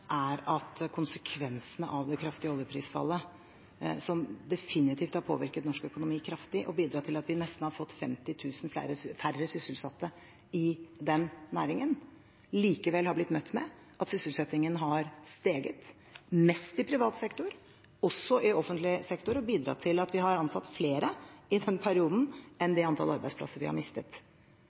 er at konsekvensene av det kraftige oljeprisfallet, som definitivt har påvirket norsk økonomi kraftig og bidratt til at vi har fått nesten 50 000 færre sysselsatte i den næringen, likevel har blitt møtt med at sysselsettingen har steget, mest i privat sektor, men også i offentlig sektor, og bidratt til at vi har ansatt flere i den perioden enn det antallet arbeidsplasser vi har mistet.